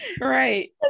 Right